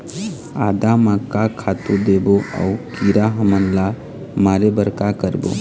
आदा म का खातू देबो अऊ कीरा हमन ला मारे बर का करबो?